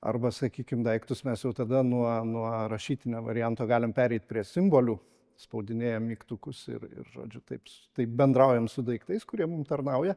arba sakykim daiktus mes jau tada nuo nuo rašytinio varianto galim pereit prie simbolių spaudinėjam mygtukus ir ir žodžiu taip taip bendraujam su daiktais kurie mum tarnauja